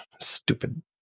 stupid